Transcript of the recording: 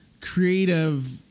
creative